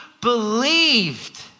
believed